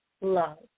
love